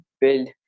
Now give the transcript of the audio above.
build